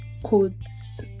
codes